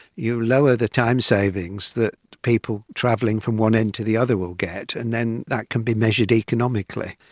you lower the time savings that people travelling from one end to the other will get and then that can be measured economically.